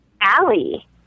Allie